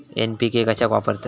NPK कशाक वापरतत?